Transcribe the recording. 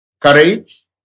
courage